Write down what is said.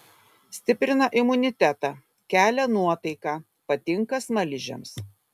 stiprina imunitetą kelia nuotaiką patinka smaližiams